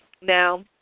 Now